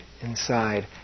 inside